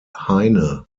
heine